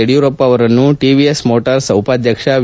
ಯಡಿಯೂರಪ್ಪ ಅವರನ್ನು ಟಿವಿಎಸ್ ಮೋಟಾರ್ಸ್ ಉಪಾಧ್ಯಕ್ಷ ಎ